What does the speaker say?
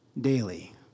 daily